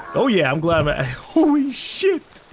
oh yeah. i'm glad i. ah holy shit!